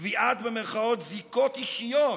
קביעת "זיקות אישיות",